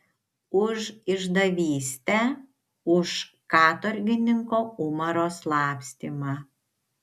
už išdavystę už katorgininko umaro slapstymą